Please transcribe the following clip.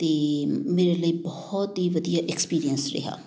ਅਤੇ ਮੇਰੇ ਲਈ ਬਹੁਤ ਹੀ ਵਧੀਆ ਐਕਸਪੀਰੀਅੰਸ ਰਿਹਾ